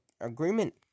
Agreement